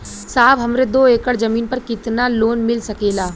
साहब हमरे दो एकड़ जमीन पर कितनालोन मिल सकेला?